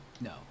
No